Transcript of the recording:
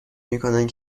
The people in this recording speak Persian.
میکنند